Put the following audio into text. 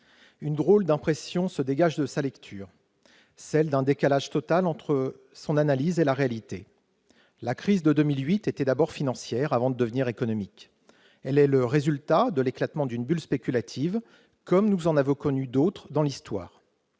Une drôle d'impression se dégage de la lecture de son rapport, celle d'un décalage total entre l'analyse qui est faite et la réalité. La crise de 2008 était d'abord financière, avant de devenir économique. Elle est le résultat de l'éclatement d'une bulle spéculative, comme nous en avons connu d'autres dans l'histoire.